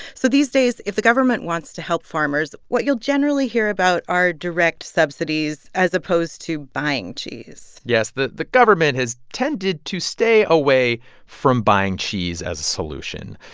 so these days, if the government wants to help farmers, what you'll generally hear about are direct subsidies as opposed to buying cheese yes. the the government has tended to stay away from buying cheese as a solution.